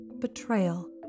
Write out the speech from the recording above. betrayal